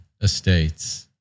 estates